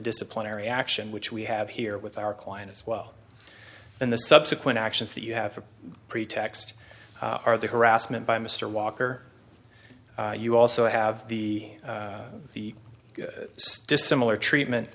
disciplinary action which we have here with our client as well and the subsequent actions that you have a pretext are the harassment by mr walker you also have the the dissimilar treatment